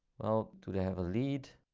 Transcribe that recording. well today have a lead.